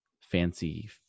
fancy